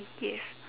yes